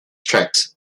tracks